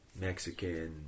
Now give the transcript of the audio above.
Mexican